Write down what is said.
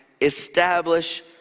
Establish